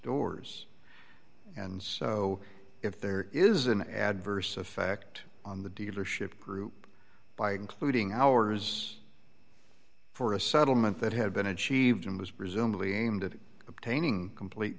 doors and so if there is an adverse effect on the dealership group by including ours for a settlement that had been achieved and was presumably aimed at obtaining complete